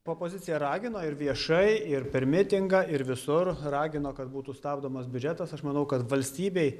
opozicija ragino ir viešai ir per mitingą ir visur ragino kad būtų stabdomas biudžetas aš manau kad valstybei